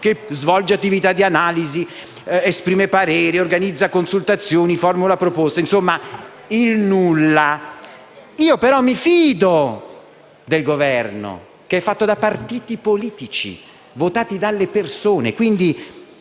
che svolge attività di analisi, esprime pareri, organizza consultazioni, formula proposte, insomma il nulla. Io però mi fido del Governo, che è fatto da partiti politici votati dalle persone,